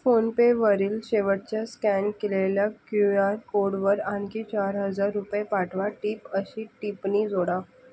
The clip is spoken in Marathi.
फोनपेवरील शेवटच्या स्कॅन केलेल्या क्यू आर कोडवर आणखी चार हजार रुपये पाठवा टिप अशी टिप्पणी जोडा